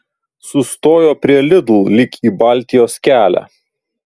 sustojo prie lidl lyg į baltijos kelią